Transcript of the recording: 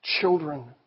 children